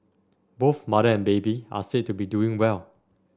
both mother and baby are said to be doing well